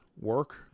work